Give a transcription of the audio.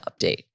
update